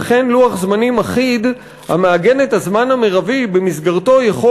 וכן לוח זמנים אחיד המעגן את הזמן המרבי שבמסגרתו יכול